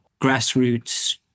grassroots